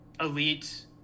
elite